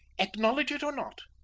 acknowledge it or not,